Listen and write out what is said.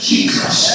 Jesus